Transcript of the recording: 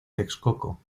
texcoco